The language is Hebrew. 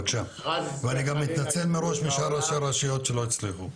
אני מתנצל מראש משאר ראשי הרשויות שלא הצליחו.